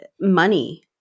money